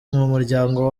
mumuryango